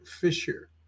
fisher